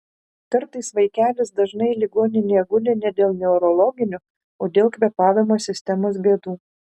kartais vaikelis dažnai ligoninėje guli ne dėl neurologinių o dėl kvėpavimo sistemos bėdų